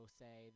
say